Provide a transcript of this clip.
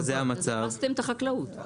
הרסתם את החקלאות.